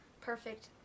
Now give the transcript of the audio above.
perfect